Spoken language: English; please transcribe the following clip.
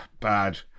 bad